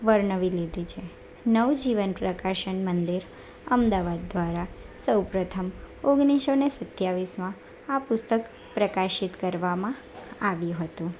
વર્ણવી લીધી છે નવજીવન પ્રકાશન મંદિર અમદાવાદ દ્વારા સૌ પ્રથમ ઓગણીસો ને સત્યાવીસમાં આ પુસ્તક પ્રકાશિત કરવામાં આવ્યું હતું